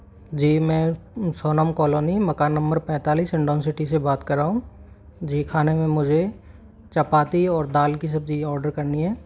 जी में सोनम कॉलोनी मकान नंबर पैंतालीस हिंडोन सिटी से बात कर रहा हूँ जी खाने मुझे चपाती और दाल की सब्जी ऑर्डर करनी है